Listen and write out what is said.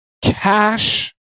cash